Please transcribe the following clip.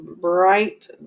bright